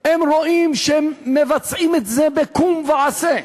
הם רואים שהם מבצעים את זה בקום ועשה,